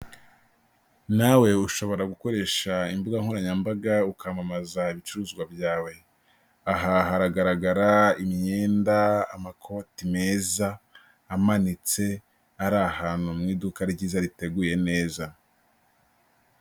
Nawe ushobora gukoresha imbuga nkoranyambaga ukamamaza ibicuruzwa byawe. Aha haragaragara imyenda, amakoti meza amanitse, ari ahantu mu iduka ryiza, riteguye neza.